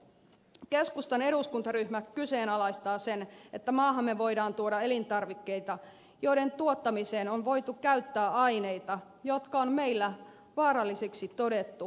keskustan eduskuntaryhmä kyseenalaistaa sen että maahamme voidaan tuoda elintarvikkeita joiden tuottamiseen on voitu käyttää aineita jotka on meillä vaarallisiksi todettu ja kielletty